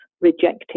rejecting